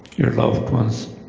your loved ones